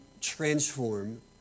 transform